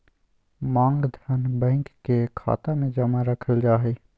मांग धन, बैंक के खाता मे जमा रखल जा हय